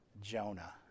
Jonah